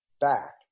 back